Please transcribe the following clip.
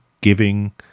giving